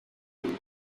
you